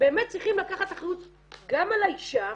באמת צריכים לקחת אחריות גם על האישה,